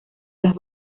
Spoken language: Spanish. las